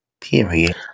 Period